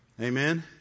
Amen